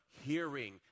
Hearing